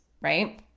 right